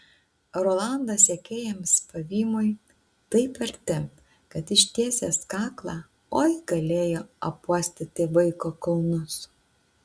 rolandas sekėjams pavymui taip arti kad ištiesęs kaklą oi galėjo apuostyti vaiko kulnus